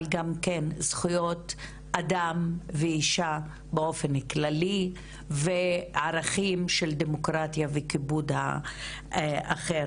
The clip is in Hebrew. אבל גם כן זכויות אדם ואישה באופן כללי וערכים של דמוקרטיה וכיבוד האחר.